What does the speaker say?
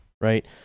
right